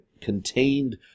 contained